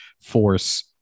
force